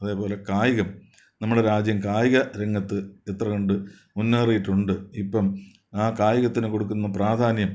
അത് അതേപോലെ കായികം നമ്മുടെ രാജ്യം കായിക രംഗത്ത് എത്ര കണ്ട് മുന്നേറിയിട്ടുണ്ട് ഇപ്പം ആ കായികത്തിന് കൊടുക്കുന്ന പ്രാധാന്യം